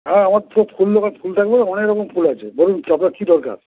হ্যাঁ আমার ফুল দোকান ফুল থাকবে অনেক রকম ফুল আছে বলুন কি আপনার কি দরকার